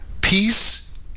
Peace